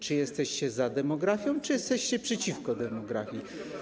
Czy jesteście za demografią, czy jesteście przeciwko demografii?